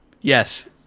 yes